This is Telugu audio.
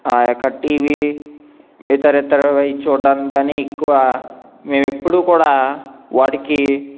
ఆ యొక్క టీవీ ఇతరఇతరవి చూడడానికి కానీ ఎక్కువ మేము ఎప్పుడూ కూడా వాటికి